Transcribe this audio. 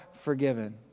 forgiven